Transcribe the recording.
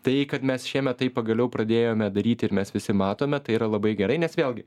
tai kad mes šiemet tai pagaliau pradėjome daryti ir mes visi matome tai yra labai gerai nes vėlgi